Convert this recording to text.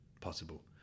possible